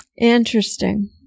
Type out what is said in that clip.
Interesting